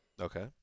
Okay